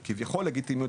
שהן כביכול הלגיטימיות,